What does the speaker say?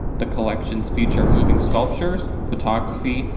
the collections feature moving sculptures, photography,